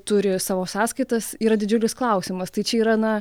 turi savo sąskaitas yra didžiulis klausimas tai čia yra na